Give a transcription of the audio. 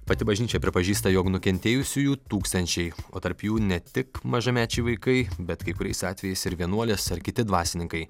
pati bažnyčia pripažįsta jog nukentėjusiųjų tūkstančiai o tarp jų ne tik mažamečiai vaikai bet kai kuriais atvejais ir vienuolės ar kiti dvasininkai